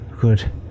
Good